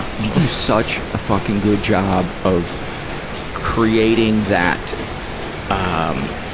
you do such a fucking good job of creating that ah um